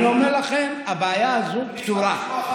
אני אומר לכם, הבעיה הזו פתורה.